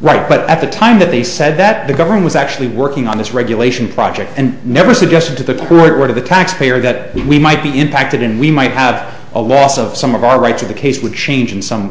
right but at the time that they said that the government was actually working on this regulation project and never suggested to the court what of the taxpayer that we might be impacted and we might have a loss of some of our rights of the case would change in some